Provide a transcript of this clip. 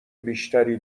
بیشتری